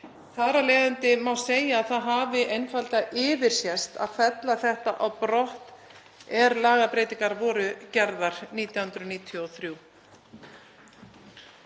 Þar af leiðandi má segja að það hafi einfaldlega yfirsést að fella þetta á brott er lagabreytingar voru gerðar 1993.